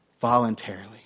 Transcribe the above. voluntarily